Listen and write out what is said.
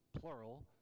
plural